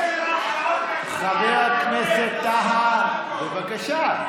חבר הכנסת טאהא, בבקשה.